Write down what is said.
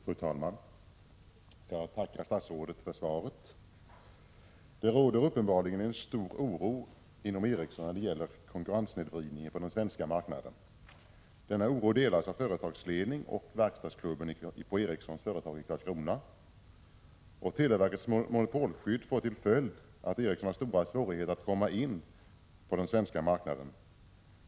Fru talman! Jag tackar statsrådet för svaret. Det råder uppenbarligen en stor oro inom Ericssonkoncernen när det gäller konkurrenssnedvridningen på den svenska marknaden. Denna oro delas av företagsledningen och av verkstadsklubben på Ericssons företag i Karlskrona. Televerkets monopolskydd får till följd att Ericsson har stora svårigheter att komma in på den svenska marknaden.